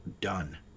done